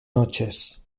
noches